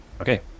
Okay